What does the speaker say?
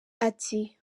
ati